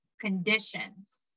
Conditions